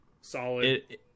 solid